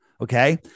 Okay